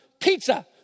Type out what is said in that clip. pizza